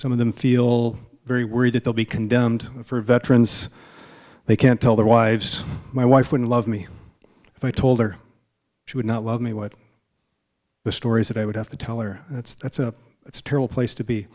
some of them feel very worried that they'll be condemned for veterans they can't tell their wives my wife would love me if i told her she would not love me what are the stories that i would have to tell her it's a it's a terrible place to be